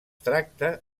tracta